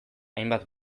hainbat